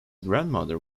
grandmother